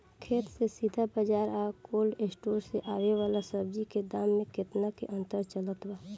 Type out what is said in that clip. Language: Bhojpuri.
खेत से सीधा बाज़ार आ कोल्ड स्टोर से आवे वाला सब्जी के दाम में केतना के अंतर चलत बा?